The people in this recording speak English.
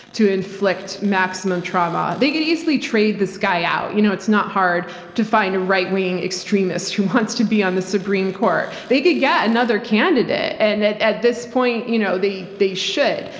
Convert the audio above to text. to inflict maximum trauma. they could easily trade this guy out. you know it's not hard to find a right-wing extremist who wants to be on the supreme court. they could get another candidate. and at at this point, you know they they should,